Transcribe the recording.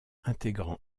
intégrant